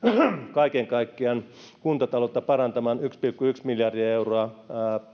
kaiken kaikkiaan kuntataloutta parantamaan yksi pilkku yksi miljardia euroa